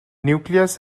nucleus